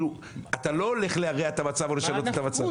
אתה לא הולך להרע את המצב או לשנות את המצב.